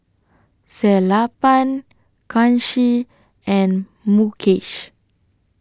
Sellapan Kanshi and Mukesh